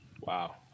Wow